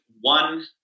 one